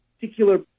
particular